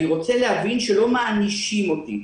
אני רוצה להבין שלא מענישים אותי,